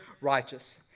righteous